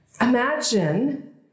Imagine